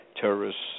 terrorists